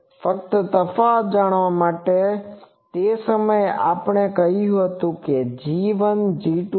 ફક્ત તફાવત જાણવા માટે તે સમયે આપણે કહ્યું હતું કે g1 g2